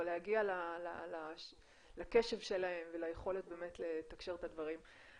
אבל להגיע לקשב שלהם וליכולת לתקשר את הדברים.